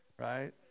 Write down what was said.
right